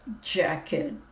jacket